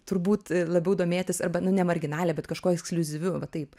turbūt labiau domėtis arba nu ne marginalija bet kažkuo eksliuzyviu va taip